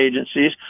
agencies